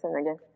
again